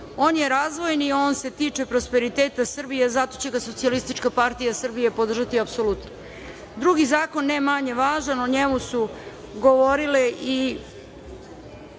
On je razvojni, on se tiče prosperiteta Srbije, zato će ga SPS podržati apsolutno. Drugi zakon, ne manje važan, o njemu su govorili i